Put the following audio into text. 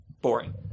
Boring